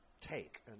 take